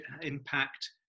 impact